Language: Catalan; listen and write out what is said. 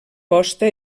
posta